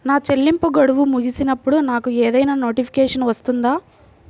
నా చెల్లింపు గడువు ముగిసినప్పుడు నాకు ఏదైనా నోటిఫికేషన్ వస్తుందా?